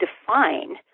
define